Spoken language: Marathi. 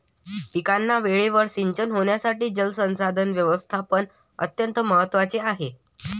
पिकांना वेळेवर सिंचन होण्यासाठी जलसंसाधन व्यवस्थापन अत्यंत महत्त्वाचे आहे